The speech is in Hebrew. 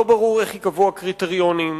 לא ברור איך ייקבעו הקריטריונים,